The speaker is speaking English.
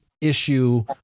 issue